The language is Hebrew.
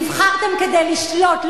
נבחרתם כדי לשלוט,